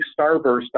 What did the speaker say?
starburst